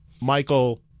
Michael